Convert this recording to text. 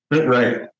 right